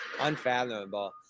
unfathomable